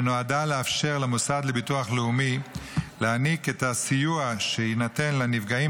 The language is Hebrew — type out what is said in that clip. שנועדה לאפשר למוסד לביטוח לאומי להעניק את הסיוע שיינתן לנפגעים